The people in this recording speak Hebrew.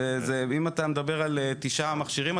אם אתה מדבר על תשעה מכשירים,